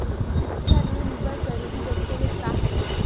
सिक्छा ऋण बर जरूरी दस्तावेज का हवय?